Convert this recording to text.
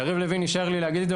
יריב לוין אישר לי להגיד את זה,